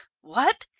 what?